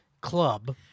club